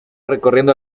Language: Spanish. recorriendo